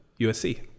USC